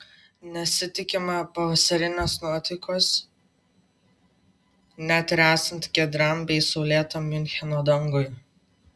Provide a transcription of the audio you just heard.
nesitikima pavasarinės nuotaikos net ir esant giedram bei saulėtam miuncheno dangui